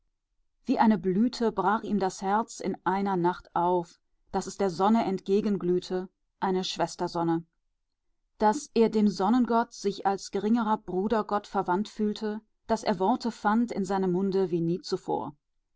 wie eine blüte brach ihm das herz in einer nacht auf daß es der sonne entgegenglühte eine schwestersonne daß er dem sonnengott sich als geringerer brudergott verwandt fühlte daß er worte fand in seinem munde wie nie zuvor